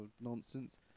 nonsense